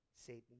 Satan